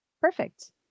perfect